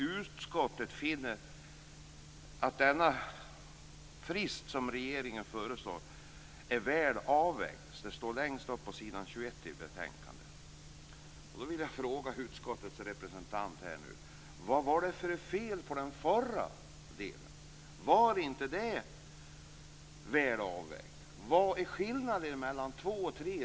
"Utskottet finner den frist som regeringen föreslår väl avvägd." Jag vill då fråga utskottets talesman: Vad var det för fel på den förra fristen? Var inte den väl avvägd? Vad är skillnaden mellan två och tre dagar?